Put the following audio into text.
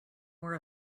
wore